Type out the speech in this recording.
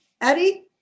Eddie